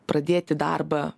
pradėti darbą